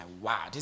wow